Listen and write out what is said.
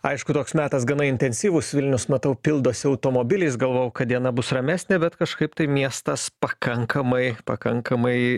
aišku toks metas gana intensyvus vilnius matau pildosi automobiliais galvojau kad diena bus ramesnė bet kažkaip tai miestas pakankamai pakankamai